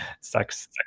sex